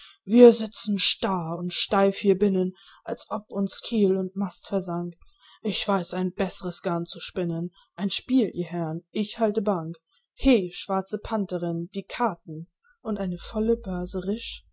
wir sitzen starr und steif hier binnen als ob uns kiel und mast versank ich weiß ein bessres garn zu spinnen ein spiel ihr herrn ich halte bank he schwarze pantherin die karten und eine volle börse